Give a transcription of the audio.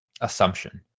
assumption